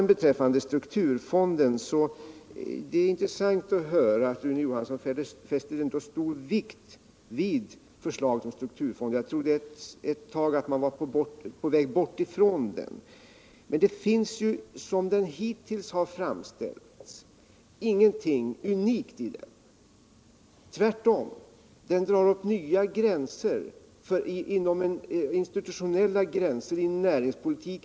Beträffande strukturfonden är det intressant att höra att Rune Johansson fäster stor vikt vid förslaget om en strukturfond. Jag trodde ett tag att man var på väg bort ifrån den. Det finns såsom fonden hittills framställts ingenting unikt i sak i den. Tvärtom drar den upp nya institutionella gränser inom näringspolitiken.